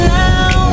now